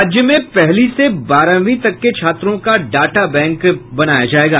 राज्य में पहली से बारहवीं तक के छात्रों का डाटा बैंक बनाया जायेगा